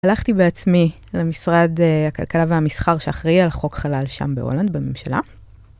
הלכתי בעצמי למשרד הכלכלה והמסחר שאחראי על חוק חלל שם בהולנד, בממשלה.